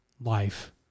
life